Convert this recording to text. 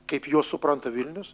kaip juos supranta vilnius